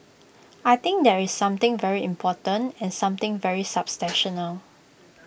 I think that's something very important and something very substantial